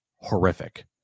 horrific